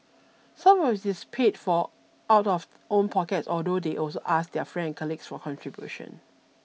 some of it is paid for out of own pockets although they also ask their friend and colleagues for contributions